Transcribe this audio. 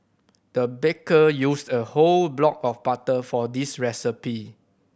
the baker used a whole block of butter for this recipe